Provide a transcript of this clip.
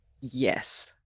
Yes